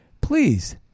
Please